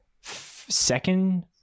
second